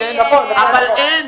אבל אין.